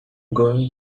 going